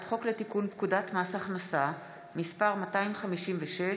חוק לתיקון פקודת מס הכנסה (מס' 256(,